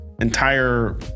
entire